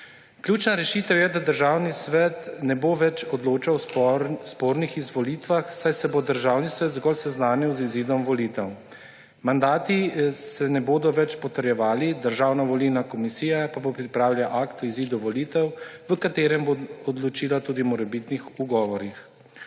Ključna rešitev je, da Državni svet ne bo več odločal o spornih izvolitvah, saj se bo Državni svet zgolj seznanil z izidom volitev. Mandati se ne bodo več potrjevali, Državna volilna komisija pa bo pripravila akt o izidu volitev, v katerem bo odločila tudi o morebitnih ugovorih.